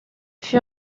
fut